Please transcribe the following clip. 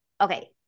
okay